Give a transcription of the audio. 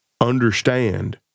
Understand